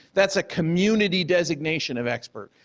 that's a community designation of expert.